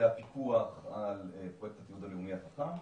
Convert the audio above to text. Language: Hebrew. הפיקוח על פרויקט הזיהוי התיעוד החכם.